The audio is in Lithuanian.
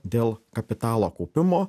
dėl kapitalo kaupimo